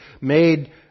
made